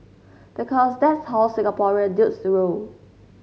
because that's how Singaporean dudes roll